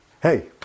Hey